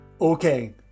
Okay